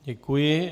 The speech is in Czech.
Děkuji.